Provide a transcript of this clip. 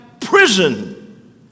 prison